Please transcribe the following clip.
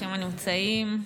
ברוכים הנמצאים.